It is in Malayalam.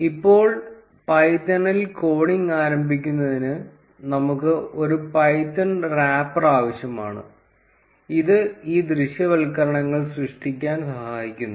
ഇപ്പോൾ പൈത്തണിൽ കോഡിംഗ് ആരംഭിക്കുന്നതിന് നമുക്ക് ഒരു പൈത്തൺ റാപ്പർ ആവശ്യമാണ് ഇത് ഈ ദൃശ്യവൽക്കരണങ്ങൾ സൃഷ്ടിക്കാൻ സഹായിക്കുന്നു